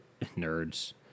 nerds